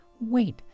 wait